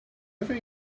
think